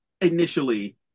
initially